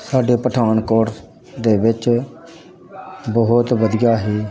ਸਾਡੇ ਪਠਾਨਕੋਟ ਦੇ ਵਿੱਚ ਬਹੁਤ ਵਧੀਆ ਹੀ